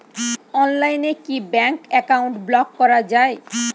অনলাইনে কি bank account block করা য়ায়?